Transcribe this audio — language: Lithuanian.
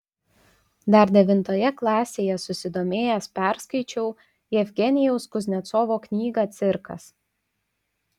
dar devintoje klasėje susidomėjęs perskaičiau jevgenijaus kuznecovo knygą cirkas